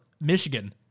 Michigan